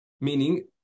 meaning